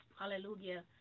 Hallelujah